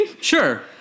Sure